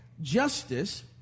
justice